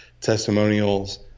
testimonials